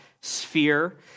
sphere